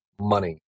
money